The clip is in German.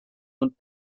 und